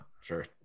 Sure